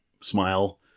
Smile